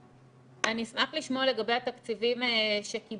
אני אשמח לשמוע לגבי התקציבים שקיבלתם.